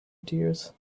dears